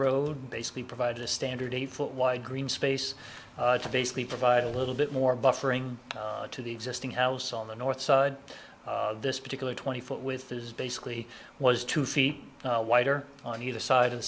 road basically provide a standard eight foot wide green space to basically provide a little bit more buffering to the existing house on the north side of this particular twenty foot with this basically was two feet wider on either side